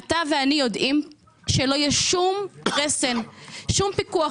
אתה ואני יודעים שלא יהיה שום רסן ופיקוח